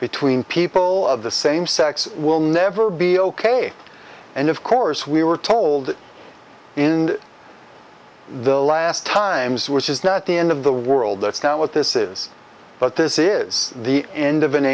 between people of the same sex will never be ok and of course we were told in the last times which is not the end of the world that's not what this is but this is the end of an